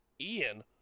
Ian